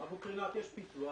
באבו קרינאת יש פיתוח.